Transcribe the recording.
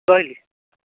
ରହିଲି